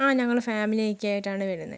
ആ ഞങ്ങൾ ഫാമിലി ഒക്കെ ആയിട്ടാണ് വരുന്നത്